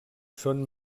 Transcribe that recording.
són